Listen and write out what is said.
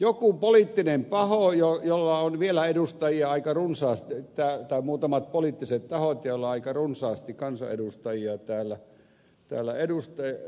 joku poliittinen pahoin jolla on vielä edustajaa aika runsaasti täyttää muutamat poliittiset tahot joilla on aika runsaasti kansanedustajia täällä